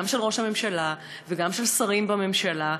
גם של ראש הממשלה וגם של שרים בממשלה,